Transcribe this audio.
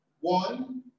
one